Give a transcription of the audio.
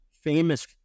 famous